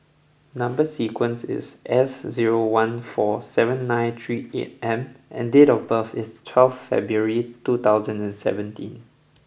number sequence is S zero one four seven nine three eight M and date of birth is twelfth February two thousand and seventeen